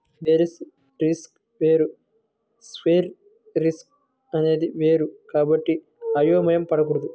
basis risk వేరు price risk అనేది వేరు కాబట్టి అయోమయం పడకూడదు